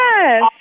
yes